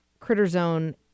CritterZone